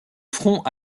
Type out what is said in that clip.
front